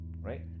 right